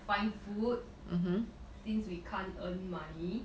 find food since we can't earn money